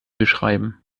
beschreiben